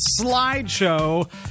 slideshow